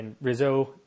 Rizzo